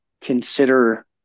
consider